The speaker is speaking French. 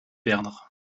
perdre